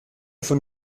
von